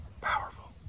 powerful